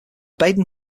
baden